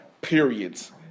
periods